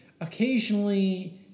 occasionally